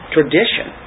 Tradition